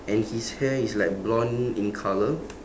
and his hair is like blond in colour